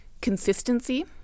Consistency